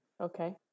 Okay